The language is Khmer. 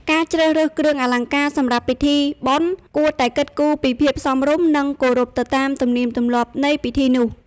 ការជ្រើសរើសគ្រឿងអលង្ការសម្រាប់ពិធីបុណ្យ គួរតែគិតគូរពីភាពសមរម្យ និង គោរពទៅតាមទំនៀមទម្លាប់នៃពិធីនោះ។